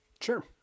sure